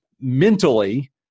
mentally